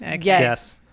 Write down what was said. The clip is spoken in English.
Yes